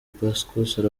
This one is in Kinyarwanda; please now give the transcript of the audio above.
pacson